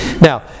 Now